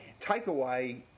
takeaway